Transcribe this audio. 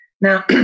Now